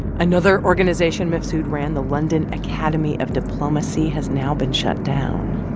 another organization mifsud ran, the london academy of diplomacy, has now been shut down.